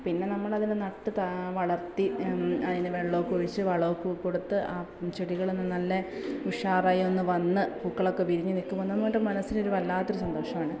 പിന്നെ നമ്മൾ അതിനെ നട്ട് വളർത്തി അതിന് വെള്ളമൊക്കെ ഒഴിച്ച് വളമൊക്കെ കൊടുത്ത് ആ ചെടികളിൽ നിന്ന് നല്ല ഉഷാറായൊന്ന് വന്ന് പൂക്കളൊക്കെ വിരിഞ്ഞ് നിൽക്കുമ്പോൾ നമ്മുടെ മനസ്സിനൊരു വല്ലാത്തൊരു സന്തോഷമാണ്